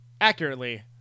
accurately